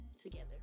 together